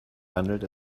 handelt